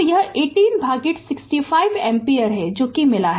तो यह 18 भागित 65 एम्पीयर है जो मिला